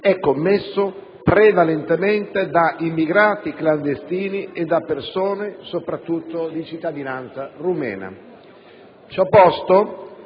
è commesso prevalentemente da immigrati clandestini e da persone di cittadinanza rumena. Ciò posto,